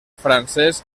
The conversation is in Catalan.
francès